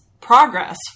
progress